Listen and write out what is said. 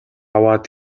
аваад